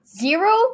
zero